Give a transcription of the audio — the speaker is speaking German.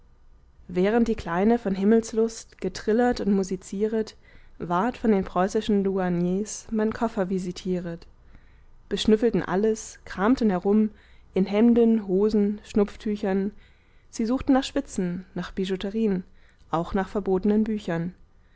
während die kleine von himmelslust getrillert und musizieret ward von den preußischen douaniers mein koffer visitieret beschnüffelten alles kramten herum in hemden hosen schnupftüchern sie suchten nach spitzen nach bijouterien auch nach verbotenen büchern